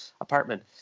apartment